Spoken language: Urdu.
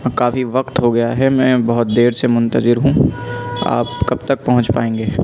کافی وقت ہو گیا ہے میں بہت دیر سے منتظر ہوں آپ کب تک پہنچ پائیں گے